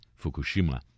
Fukushima